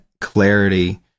clarity